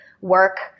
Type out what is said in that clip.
work